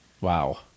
Wow